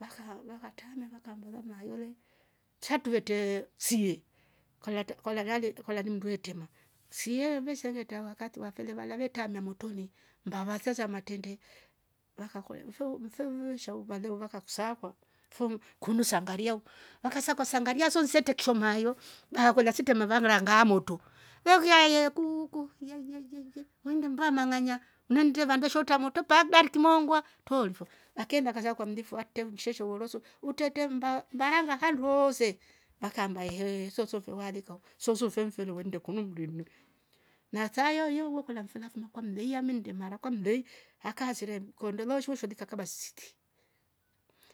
Wakao wakatana wakamba varmayobe tchatuvete sie kola to kola nyande kola nimndue tema sievesha sauviete wakati wa folelamlame taamia motoni mbawakaza matendende wakoyo mfeu mfeuvemsha wadewovaka kusakwa fom kunisangaria wakanza wakasangaria sonzetek kishomayo wakolia sinte mavarang ngar- ngarmoto wehukia yaihekuuku ye yei nshie nshie nindaba manganya wende vambeshota mota pardar timongua toolifu akeenda akaanzwa kwa mlifu arte msheshe wooloso utete mba mbahanga handu woose vakamba yehee sosomfeva alikao soso mfe mfiri wendokundi nduuniwa. na kayoyo wokula mfila mfialfma kwa mdei iya mindem mara kwambei akaser kondo loshousho andikaba siiti,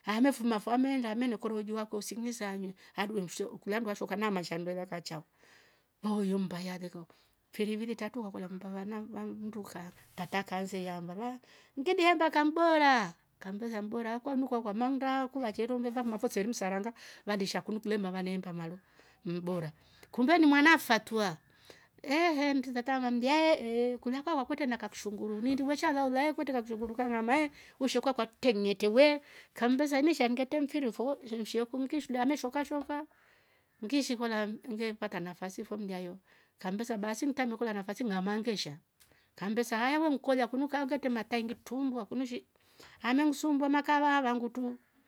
amefuma fame ngame nokorojua kosi nizame hadue womsho ukuyandua shoka na mashanduwela kachao mauyu mbaya lekoko firivi tatu akola mpavana mwalu unduka katakeze ya mvarwa ndegienda kam bora kamthotha mbora okwa nukwa kwa manduo kula cherumle vam maposeri msaranga nalisha kunukule mmava nempa maro mmh bora. kumbe ni mwanafatwa ehh ehh mtitha tama mjae ehh kuliwa wakute na kakshunguru nindiwe sha dhaula kutika kushingurunga ngama ehh ushekwa kwa ktenyetewe kambezanyi shange temfiri vo mmh msheuku mkishda ameshoka shoka ngishi hola nge mpata nafsi vomlia yo kambesa basi rutae mokola nafasi namangeshe kambesaya weounkwelia kunuka nga kema taingi tumbua kunushi amia nkusumbua mkawarwa wangutu